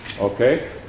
Okay